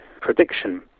prediction